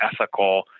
ethical